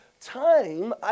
time